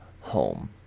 home